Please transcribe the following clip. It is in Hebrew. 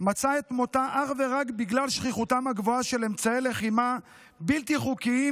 מצאה את מותה אך ורק בגלל שכיחותם הגבוהה של אמצעי לחימה בלתי חוקיים